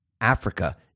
Africa